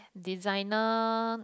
designer